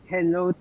Hello